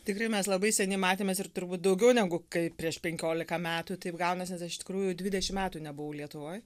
tikrai mes labai seniai matėmės ir turbūt daugiau negu kai prieš penkiolika metų taip gaunasi nes iš tikrųjų dvidešim metų nebuvau lietuvoj